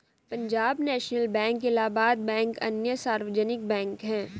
Punjab National Bank Allahabad Bank अन्य सार्वजनिक bank है